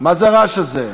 מה זה הרעש הזה?